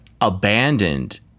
abandoned